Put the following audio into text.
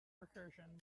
recursion